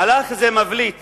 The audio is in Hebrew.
מהלך זה מבליט